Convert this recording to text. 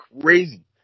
crazy